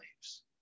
leaves